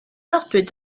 nodwyd